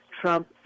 Trump